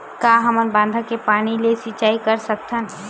का हमन बांधा के पानी ले सिंचाई कर सकथन?